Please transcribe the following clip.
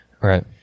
Right